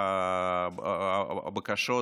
בקשות